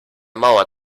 mauer